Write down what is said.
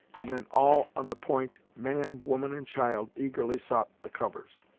and then all on the point, man, woman and child, eagerly sought the covers.